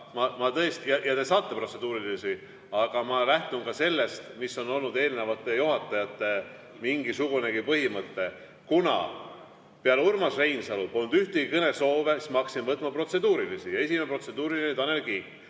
ma tõesti … Ja te saate protseduurilisi, aga ma lähtun ka sellest, mis on olnud eelmiste juhatajate mingisugunegi põhimõte. Kuna peale Urmas Reinsalu polnud ühtegi kõnesoovi, siis ma hakkasin võtma protseduurilisi ja esimene protseduuriline oli Tanel Kiik.